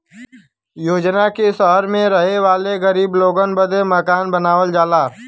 योजना ने सहर मे रहे वाले गरीब लोगन बदे मकान बनावल जाला